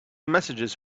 messages